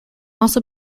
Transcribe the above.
also